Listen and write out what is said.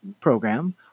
program